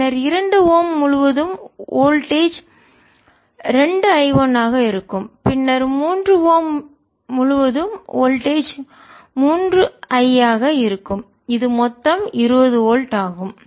பின்னர் இரண்டு ஓம் முழுவதும் வோல்டேஜ் மின்னழுத்தம் 2 I 1 ஆக இருக்கும் பின்னர் 3 ஓம் முழுவதும் வோல்டேஜ் மின்னழுத்தம் 3 I ஆக இருக்கும் இது மொத்தம் 20 வோல்ட் ஆகும்